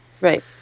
Right